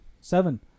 seven